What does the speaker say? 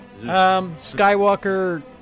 Skywalker